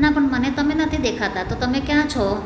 ના પણ મને તમે નથી દેખાતા તો તમે ક્યાં છો